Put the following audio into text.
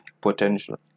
potential